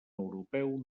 europeu